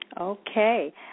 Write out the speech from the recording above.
Okay